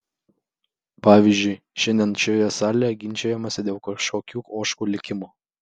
pavyzdžiui šiandien šioje salėje ginčijamasi dėl kažkokių ožkų likimo